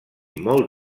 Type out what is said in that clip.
molt